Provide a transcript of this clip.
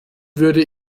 würde